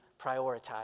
prioritize